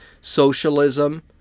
socialism